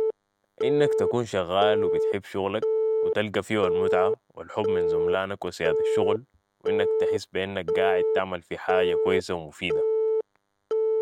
انك تكون شغال و بتحب شغلك و تلقى فيو المتعة و الحب من زملانك و أسياد الشغل و انك تحس بانك قاعد تعمل في حاجة كويسة و مفيدة